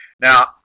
Now